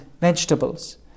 vegetables